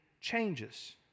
changes